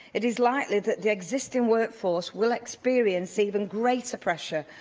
it is likely that the existing workforce will experience even greater pressure,